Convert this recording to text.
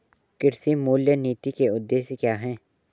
कृषि मूल्य नीति के उद्देश्य क्या है?